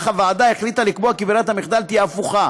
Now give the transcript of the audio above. אך הוועדה החליטה לקבוע כי ברירת המחדל תהיה הפוכה,